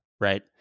right